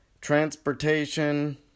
transportation